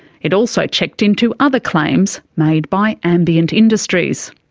it also checked into other claims made by ambient industries.